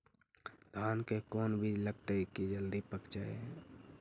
धान के कोन बिज लगईयै कि जल्दी पक जाए?